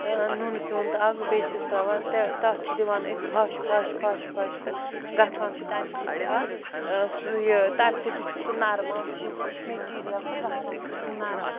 نُنہٕ پیوٗنٛت اَکھ بیٚیہِ چھِس ترٛاوان تہِ تَتھ چھِ دِوان أسۍ پھَش پھَش پھَش پھَش تہٕ گژھان چھُ تَمہِ سۭتۍ تہِ اَتھ سُہ یہِ تَمہِ سۭتۍ تہِ چھُ سُہ نَرمان سُہ میٚٹیٖریَل تہٕ گژھان چھُ سُہ نَرم